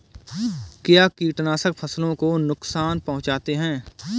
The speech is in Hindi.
क्या कीटनाशक फसलों को नुकसान पहुँचाते हैं?